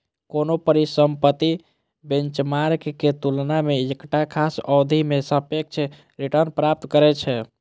कोनो परिसंपत्ति बेंचमार्क के तुलना मे एकटा खास अवधि मे सापेक्ष रिटर्न प्राप्त करै छै